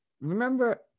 Remember